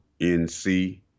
NC